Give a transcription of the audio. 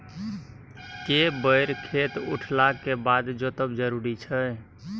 के बेर खेत उठला के बाद जोतब जरूरी छै?